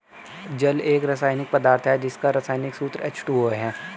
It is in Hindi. जल एक रसायनिक पदार्थ है जिसका रसायनिक सूत्र एच.टू.ओ है